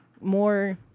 more